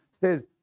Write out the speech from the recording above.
says